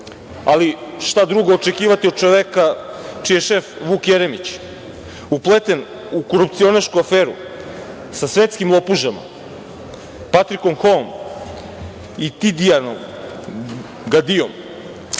Ali, šta drugo očekivati od čoveka čiji je šef Vuk Jeremić, upleten u korupcionašku aferu sa svetskim lopužama Patrikom Hoom i Tidijanom Gadijom